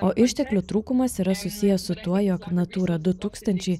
o išteklių trūkumas yra susijęs su tuo jog natūra du tūkstančiai